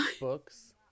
books